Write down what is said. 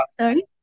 sorry